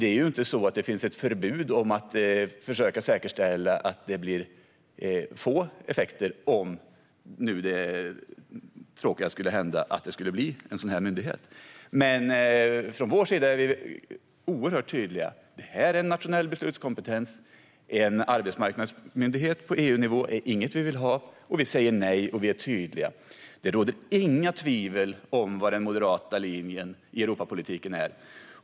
Det är ju inte så att det finns något förbud mot att försöka säkerställa att effekterna blir små om det tråkiga skulle hända att denna myndighet blir verklighet. Från vår sida är vi oerhört tydliga: Detta är nationell beslutskompetens. En arbetsmarknadsmyndighet på EU-nivå är inget som vi vill ha. Vi säger nej, och vi är tydliga. Det råder inga tvivel om vad den moderata linjen i Europapolitiken är.